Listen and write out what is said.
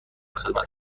خدمت